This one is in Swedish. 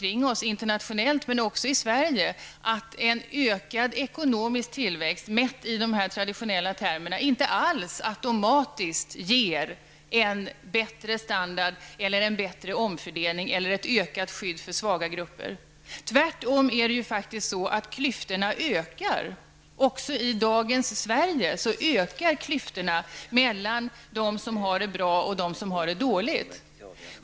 Internationellt men också i Sverige kan vi se att en ökad ekonomisk tillväxt, mätt i de traditionella termerna, inte alls automatiskt ger en bättre standard, en bättre omfördelning eller ett ökat skydd för svaga grupper. Tvärtom är det faktiskt så att klyftorna ökar. Även i dagens Sverige ökar klyftorna mellan dem som har det bra och dem som har det dåligt.